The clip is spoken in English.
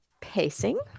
Pacing